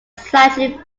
slightly